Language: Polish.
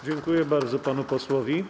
Dziękuję bardzo panu posłowi.